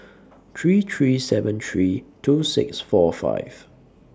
three three seven three two six four five